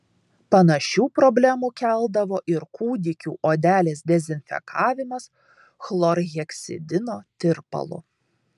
panašių problemų keldavo ir kūdikių odelės dezinfekavimas chlorheksidino tirpalu